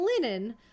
linen